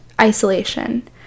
isolation